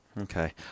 Okay